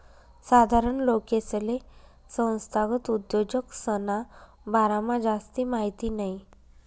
साधारण लोकेसले संस्थागत उद्योजकसना बारामा जास्ती माहिती नयी